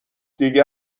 دیگه